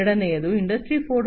ಎರಡನೆಯದು ಇಂಡಸ್ಟ್ರಿ 4